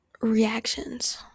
reactions